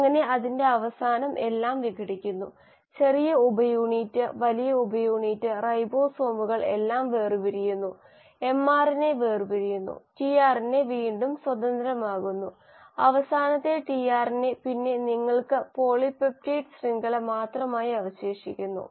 അങ്ങനെ അതിന്റെ അവസാനം എല്ലാം വിഘടിക്കുന്നു ചെറിയ ഉപയൂണിറ്റ് വലിയ ഉപയൂണിറ്റ് റൈബോസോമുകൾ എല്ലാം വേർപിരിയുന്നു എംആർഎൻഎ വേർപിരിയുന്നു ടിആർഎൻഎ വീണ്ടും സ്വതന്ത്രമാകുന്നു അവസാനത്തെ ടിആർഎൻഎ പിന്നെ നിങ്ങൾക്ക് പോളിപെപ്റ്റൈഡ് ശൃംഖല മാത്രമായി അവശേഷിക്കുന്നു